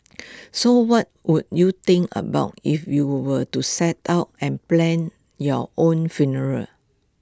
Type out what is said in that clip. so what would you think about if you were to set out and plan your own funeral